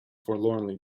forlornly